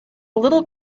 little